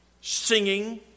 Singing